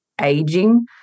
aging